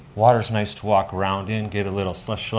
water's nice to walk around in, get a little slush,